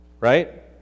Right